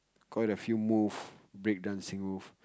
quite a few move breakdancing move